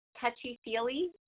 touchy-feely